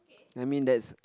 I mean that's